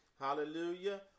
Hallelujah